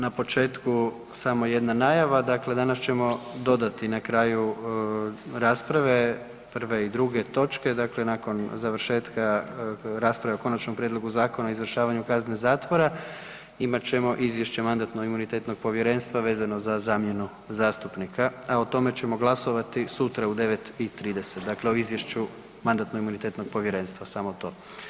Na početku samo jedna najava, dakle danas ćemo dodati na kraju rasprave, prve i druge točke, dakle nakon završetka rasprave o Konačnom prijedlogu Zakona o izvršavanju zakona, imat ćemo Izvješće Mandatno-imunitetnog povjerenstva vezano za zamjenu zastupnika, a o tome ćemo glasovati sutra u 9,30, dakle o Izvješću Mandatno-imunitetnog povjerenstva, samo to.